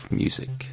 music